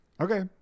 Okay